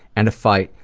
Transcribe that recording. and a fight,